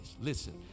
listen